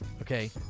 okay